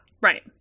Right